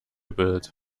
bit